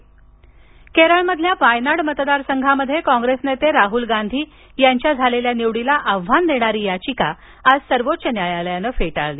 राहुल गंधी केरळमधील वायनाड मतदार संघामध्ये कॉंग्रेस नेते राहुल गांधी यांच्या झालेल्या निवडीला आव्हान देणारी याचिका आज सर्वोच्च न्यायालयानं फेटाळली